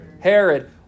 Herod